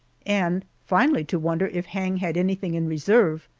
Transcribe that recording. and finally to wonder if hang had anything in reserve.